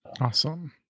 Awesome